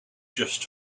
just